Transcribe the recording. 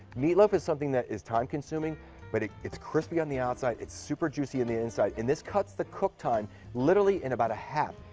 meatloaf is something that is time consuming but it's crispy on the outside, it's super juicy on the inside and this cuts the cook time literally in about half.